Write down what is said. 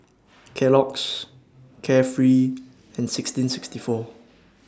Kellogg's Carefree and sixteen sixty four